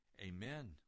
Amen